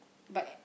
but